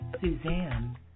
Suzanne